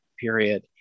period